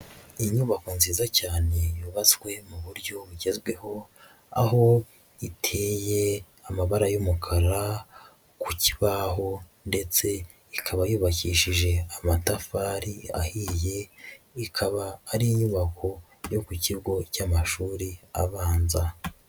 Inyubako nziza cyane yubatswe mu buryo bugezweho, aho iteye amabara y'umukara ku kibaho ndetse ikaba yubakishije amatafari ahiye, ikaba ari inyubako yo ku kigo cy'amashuri abanza.